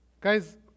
Guys